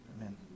Amen